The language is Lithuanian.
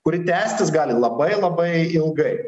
kuri tęstis gali labai labai ilgai